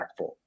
impactful